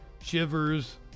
Shivers